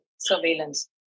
Surveillance